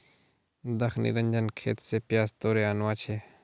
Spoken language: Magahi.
दख निरंजन खेत स प्याज तोड़े आनवा छै